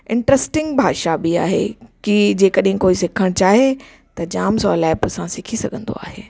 interesting भाषा बि आहे हीअ की जेकॾहिं को सिखण चाहे त जाम सवलाइप सां सिखी सघंदो आहे